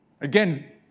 again